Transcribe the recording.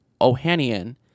ohanian